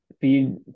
feed